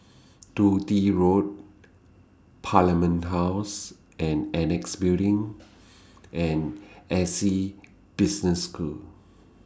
Dundee Road Parliament House and Annexe Building and Essec Business School